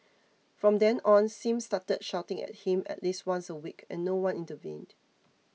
from then on Sim started shouting at him at least once a week and no one intervened